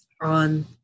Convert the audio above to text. on